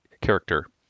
character